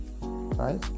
right